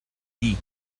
dit